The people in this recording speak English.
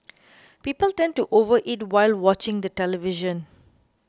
people tend to overeat while watching the television